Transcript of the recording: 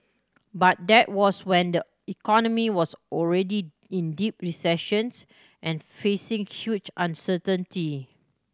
but that was when the economy was already in deep recessions and facing huge uncertainty